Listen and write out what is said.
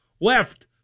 left